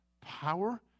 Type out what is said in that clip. power